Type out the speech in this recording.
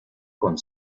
con